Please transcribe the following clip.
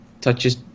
touches